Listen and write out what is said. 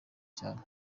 cyane